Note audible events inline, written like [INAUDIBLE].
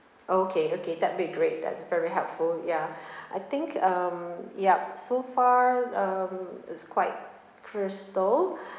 okay okay that'll be great that's very helpful ya [BREATH] I think um ya so far um it's quite crystal [BREATH]